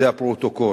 זה הפרוטוקול.